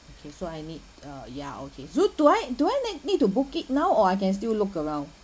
okay so I need uh ya okay so do I do I like need to book it now or I can still look around